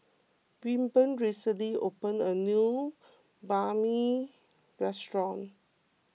Wilburn recently opened a new Banh Mi restaurant